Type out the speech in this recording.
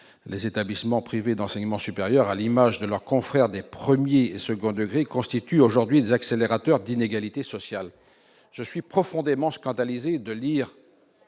Les établissements privés d'enseignement supérieur, à l'image de leurs confrères des premier et second degrés, constituent aujourd'hui des accélérateurs d'inégalités sociales ». Ce n'est pas faux ! Je suis profondément scandalisé de lire